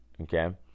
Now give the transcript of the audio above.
Okay